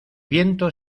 viento